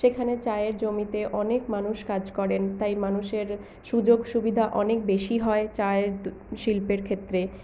সেখানে চায়ের জমিতে অনেক মানুষ কাজ করেন তাই মানুষের সুযোগ সুবিধা অনেক বেশি হয় চায়ের শিল্পের ক্ষেত্রে